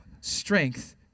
strength